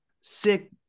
sick